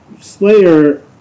Slayer